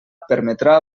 permetrà